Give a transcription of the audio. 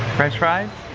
french fries?